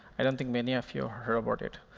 i don't think many of you heard about it.